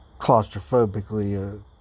claustrophobically